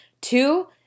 Two